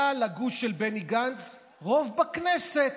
היה לגוש של בני גנץ רוב בכנסת,